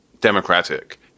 democratic